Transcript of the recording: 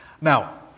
Now